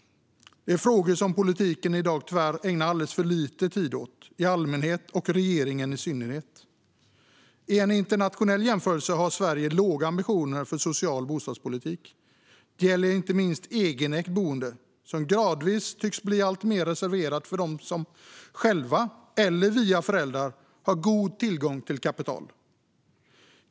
Det är frågor som politiken i allmänhet och regeringen i synnerhet i dag tyvärr ägnar alldeles för lite tid åt. I internationell jämförelse har Sverige låga ambitioner för social bostadspolitik. Det gäller inte minst egenägt boende, som gradvis tycks bli alltmer reserverat för dem som själva, eller via föräldrar, har god tillgång till kapital.